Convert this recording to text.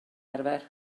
arfer